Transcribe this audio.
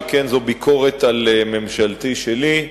שכן זאת ביקורת על ממשלתי שלי,